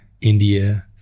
India